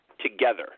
together